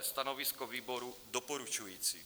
Stanovisko výboru doporučující.